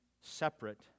separate